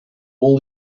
all